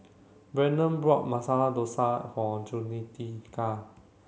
Brandon bought Masala Dosa for Jaunita